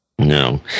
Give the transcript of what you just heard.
No